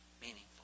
meaningful